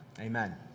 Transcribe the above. Amen